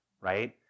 right